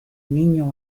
niño